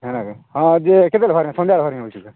ଏଣେ କେ ହଁ ଯେ କେତେବେଳେ ବାହାରିବା ସନ୍ଧ୍ୟାବେଳେ ବାହାରିବା ଭାବୁଛେ